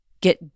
get